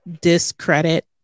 discredit